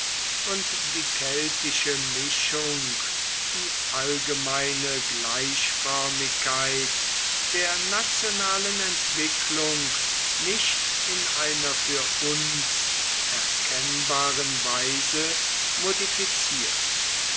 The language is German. und die keltische mischung die allgemeine gleichförmigkeit der nationalen entwicklung nicht in einer für uns erkennbaren weise modifiziert